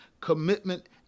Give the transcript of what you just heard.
commitment